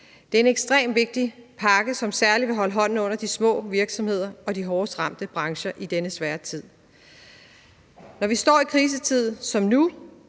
Det er en ekstremt vigtig pakke, som særlig vil holde hånden under de små virksomheder og de hårdest ramte brancher i denne svære tid. Når vi står i en krisetid som nu,